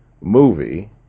movie